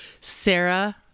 Sarah